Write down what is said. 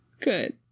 Good